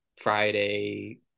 Friday